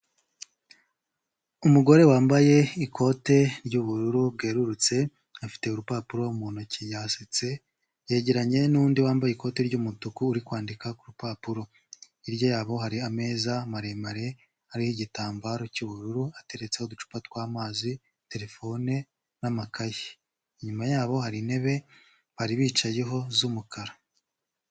Umugore wambaye ikote ry'ubururu bwerurutse afite urupapuro mu ntoki yasetse yegeranye n'undi wambaye ikote ry'umutuku uri kwandika ku rupapuro hirya yabo hari ameza maremare ariho igitambararo cy'ubururu ateretse ho uducupa twamazi terefone n'amakaye inyuma yabo hari intebe bari bicayeho z'umukara.